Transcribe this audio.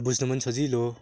बुझ्नु पनि सजिलो